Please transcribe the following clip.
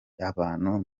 abantu